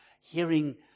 hearing